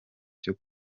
cyo